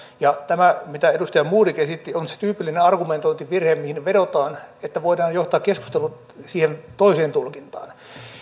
ja tämä mitä edustaja modig esitti on se tyypillinen argumentointivirhe mihin vedotaan että voidaan johtaa keskustelu siihen toiseen tulkintaan